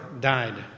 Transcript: died